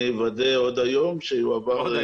אני אוודא עוד היום שיועבר.